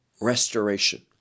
restoration